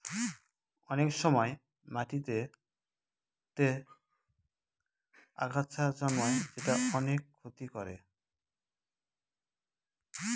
অনেক সময় মাটিতেতে আগাছা জন্মায় যেটা অনেক ক্ষতি করে